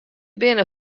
binne